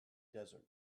desert